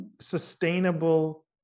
sustainable